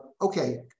okay